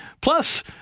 Plus